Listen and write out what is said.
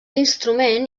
instrument